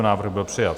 Návrh byl přijat.